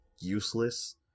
useless